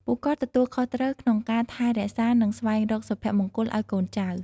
ពួកគាត់ទទួលខុសត្រូវក្នុងការថែរក្សា និងស្វែងរកសុភមង្គលឱ្យកូនចៅ។